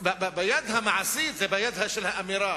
זה ביד של האמירה,